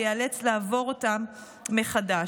וייאלץ לעבור אותם מחדש.